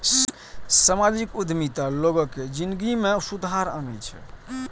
सामाजिक उद्यमिता लोगक जिनगी मे सुधार आनै छै